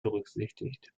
berücksichtigt